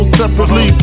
separately